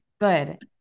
good